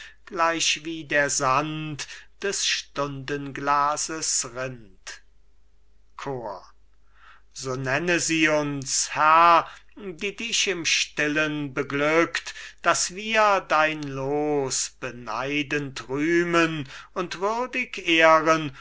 fließen gleichwie der sand des stundenglases rinnt chor cajetan so nenne sie uns herr die dich im stillen beglückt daß wir dein loos beneidend rühmen und würdig ehren